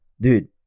Dude